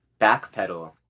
backpedal